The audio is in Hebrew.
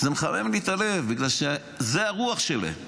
זה מחמם לי הלב, בגלל שזו הרוח שלהם.